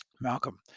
Malcolm